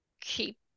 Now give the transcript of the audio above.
keep